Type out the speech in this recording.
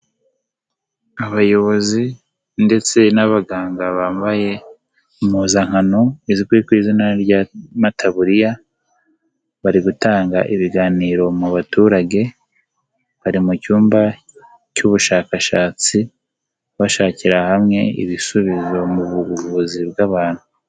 Abayobozi ndetse n'abaganga bambaye impuzankano, iziwi ku izina rya amataburiya, bari gutanga ibiganiro mu baturage, bari mu cyumba cy'ubushakashatsi, bashakira hamwe ibisubizo mu buvuzi bw'abantu.